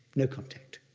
no contact.